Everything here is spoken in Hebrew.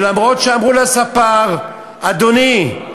אף-על-פי שאמרו לספר: אדוני,